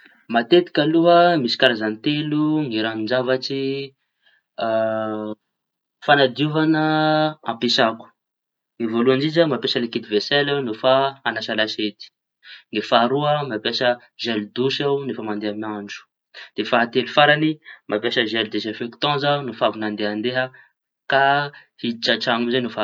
Matetika aloha misy karazañy telo ny rañon-javatry fañadiovaña ampiasako. Ny voalohañy indrindra mampiasa liquide vesely aho refa hañasa lasiety. Ny faharoa mampiasa zel dosy aho refa mandea mandro. Ny fahatelo farañy mampiasa zely dezaifektan za no fa avy mandeandea ka iditra an-traño zay no fa.